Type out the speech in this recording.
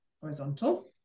horizontal